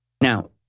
Now